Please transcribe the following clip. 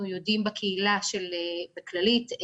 יודעים בקהילה של קופת חולים כללית.